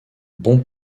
bon